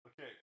Okay